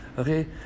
Okay